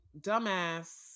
dumbass